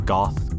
Goth